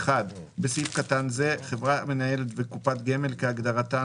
בסעיף קטן זה "חברה מנהלת" ו-"קופת גמל" כהגדרתן